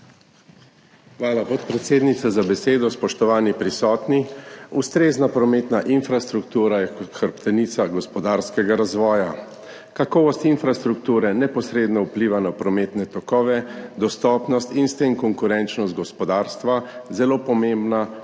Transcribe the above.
Hvala, podpredsednica, za besedo. Spoštovani prisotni! Ustrezna prometna infrastruktura je hrbtenica gospodarskega razvoja. Kakovost infrastrukture neposredno vpliva na prometne tokove, dostopnost in s tem konkurenčnost gospodarstva, zelo pomembna pa